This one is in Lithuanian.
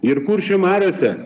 ir kuršių mariose